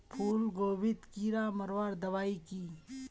फूलगोभीत कीड़ा मारवार दबाई की?